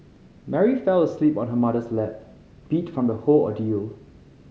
Mary fell asleep on her mother's lap beat from the whole ordeal